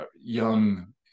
young